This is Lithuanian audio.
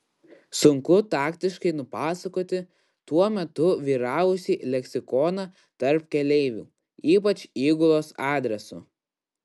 sunku taktiškai nupasakoti tuo metu vyravusį leksikoną tarp keleivių ypač įgulos adresu